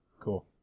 cool